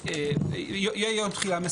יהיה יום תחילה,